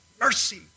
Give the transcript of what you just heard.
Mercy